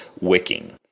wicking